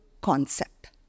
concept